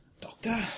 Doctor